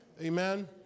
Amen